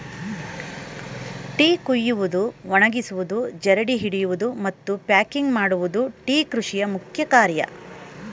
tea ಕುಯ್ಯುವುದು, ಒಣಗಿಸುವುದು, ಜರಡಿ ಹಿಡಿಯುವುದು, ಮತ್ತು ಪ್ಯಾಕಿಂಗ್ ಮಾಡುವುದು ಟೀ ಕೃಷಿಯ ಮುಖ್ಯ ಕಾರ್ಯ